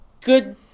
good